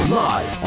live